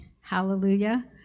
Hallelujah